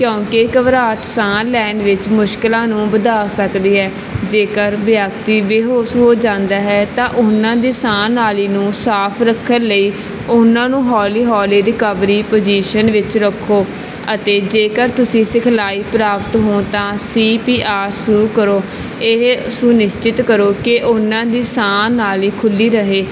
ਕਿਉਂਕਿ ਘਬਰਾਹਟ ਸਾਹ ਲੈਣ ਵਿੱਚ ਮੁਸ਼ਕਿਲਾਂ ਨੂੰ ਵਧਾ ਸਕਦੀ ਹੈ ਜੇਕਰ ਵਿਅਕਤੀ ਬੇਹੋਸ਼ ਹੋ ਜਾਂਦਾ ਹੈ ਤਾਂ ਉਹਨਾਂ ਦੀ ਸਾਹ ਨਾਲੀ ਨੂੰ ਸਾਫ਼ ਰੱਖਣ ਲਈ ਉਹਨਾਂ ਨੂੰ ਹੌਲੀ ਹੌਲੀ ਰਿਕਵਰੀ ਪੁਜੀਸ਼ਨ ਵਿੱਚ ਰੱਖੋ ਅਤੇ ਜੇਕਰ ਤੁਸੀਂ ਸਿਖਲਾਈ ਪ੍ਰਾਪਤ ਹੋ ਤਾਂ ਸੀ ਪੀ ਆਰ ਸ਼ੁਰੂ ਕਰੋ ਇਹ ਸੁਨਿਸ਼ਚਿਤ ਕਰੋ ਕੇ ਉਹਨਾਂ ਦੀ ਸਾਹ ਨਾਲੀ ਖੁੱਲ੍ਹੀ ਰਹੇ